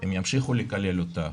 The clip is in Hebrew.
הם ימשיכו לקלל אותך